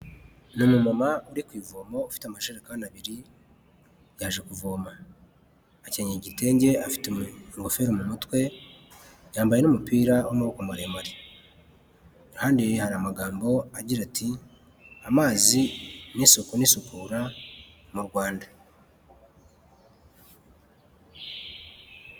Ni umu mama uri ku ivomo ufite amashe kandi abiri, yaje kuvoma. Akenyeye igitenge afite ingofero mu mutwe yambaye n'umupiraboko maremare. Iruhande hari amagambo agira ati ''amazi n'isuku n'isukura mu rwanda.''